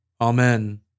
Amen